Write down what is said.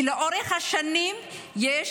כי לאורך השנים יש